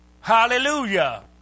Hallelujah